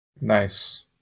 nice